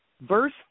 verse